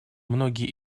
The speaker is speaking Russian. многие